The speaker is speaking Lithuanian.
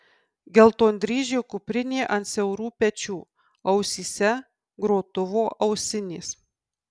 geltondryžė kuprinė ant siaurų pečių ausyse grotuvo ausinės